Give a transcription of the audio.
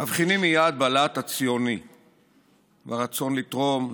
מבחינים מייד בלהט הציוני וברצון לתרום,